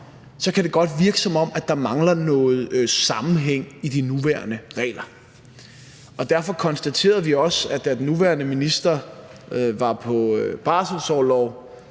så kan det godt virke, som om der mangler noget sammenhæng i de nuværende regler. Derfor konstaterede vi også, at da den nuværende minister var på barselsorlov,